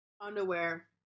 underwear